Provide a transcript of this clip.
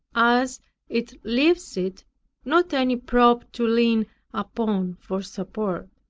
as it leaves it not any prop to lean upon for support.